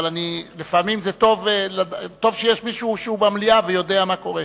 אבל לפעמים טוב שיש מישהו שהוא במליאה ויודע מה קורה.